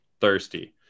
thirsty